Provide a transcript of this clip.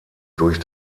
durch